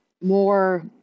more